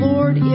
Lord